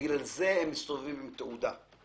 בגלל זה הם מסתובבים עם תעודה,